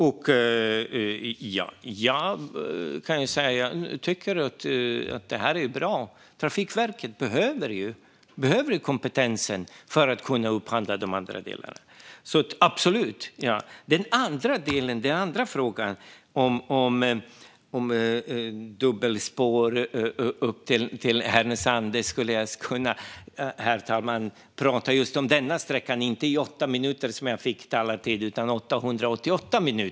Jag kan säga att jag tycker att det här är bra. Trafikverket behöver kompetensen för att kunna upphandla de andra delarna - absolut. När det gäller den andra delen och den andra frågan skulle jag, herr talman, kunna prata just om dubbelspår upp till Härnösand inte i 8 minuter, som jag fick i talartid, utan i 888 minuter.